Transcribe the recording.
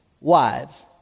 wives